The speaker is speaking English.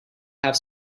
have